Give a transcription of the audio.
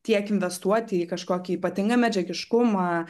tiek investuoti į kažkokį ypatingą medžiagiškumą